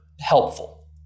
helpful